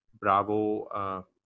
Bravo